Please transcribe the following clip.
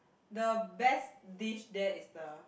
the best dish there is the